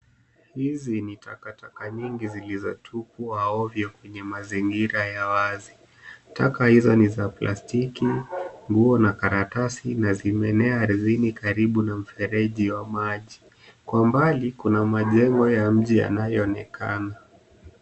Hizi ni takataka nyingi zilizotupwa ovyo kwenye mazingira ya wazi. Taka hizo ni za plastiki, nguo na karatasi na zimeenea ardhini karibu na mfereji wa maji. Kwa umbali kuna majengo ya mji yanayoonekana.